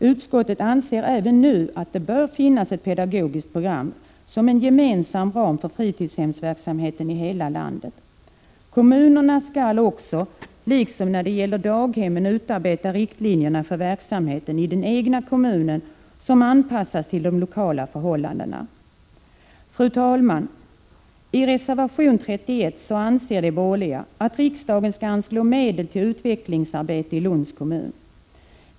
Utskottet anser också nu att det bör finnas ett pedagogiskt program som en gemensam ram för fritidshemsverksamheten i hela landet och att kommunerna liksom när det gäller daghemmen skall utarbeta riktlinjer för verksamheten i den egna kommunen vilka är anpassade till de lokala förhållandena. Fru talman! I reservation 31 föreslår de borgerliga att riksdagen skall anslå medel till utvecklingsarbete i Lunds kommun.